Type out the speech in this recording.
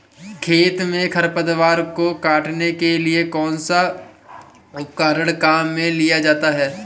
खेत में खरपतवार को काटने के लिए कौनसा उपकरण काम में लिया जाता है?